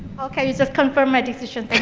okay, you just confirmed my decision, thank